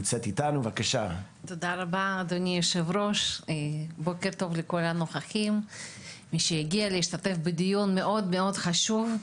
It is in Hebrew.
תודה רבה ובוקר טוב לכל הנוכחים שהגיעו להשתתף בדיון החשוב הזה.